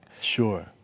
Sure